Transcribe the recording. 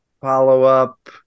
follow-up